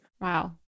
Wow